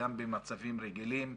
גם במצבים רגילים,